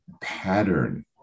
pattern